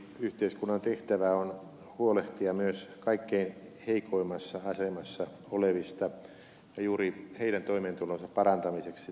hyvinvointiyhteiskunnan tehtävä on huolehtia myös kaikkein heikoimmassa asemassa olevista ja juuri heidän toimeentulonsa parantamiseksi takuueläkejärjestelmä on luotu